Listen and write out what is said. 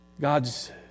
God's